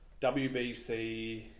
WBC